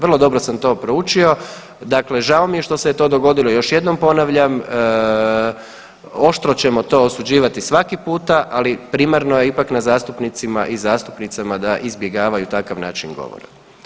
Vrlo dobro sam to proučio, dakle žao mi je što se je to dogodilo, još jednom ponavljam, oštro ćemo to osuđivati svaki puta, ali primarno je ipak na zastupnicima i zastupnicama da izbjegavaju takav način govora.